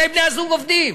שני בני-הזוג עובדים,